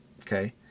Okay